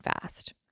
fast